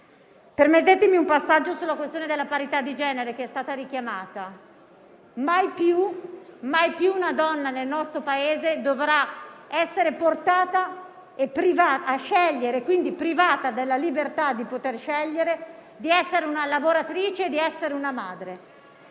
Permettetemi un passaggio sulla questione della parità di genere, che è stata richiamata. Mai più una donna nel nostro Paese dovrà essere privata della libertà di scegliere di essere una lavoratrice e una madre.